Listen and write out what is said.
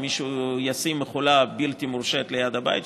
מישהו ישים מכולה בלתי מורשית ליד הבית,